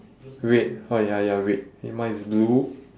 red oh ya ya red then mine is blue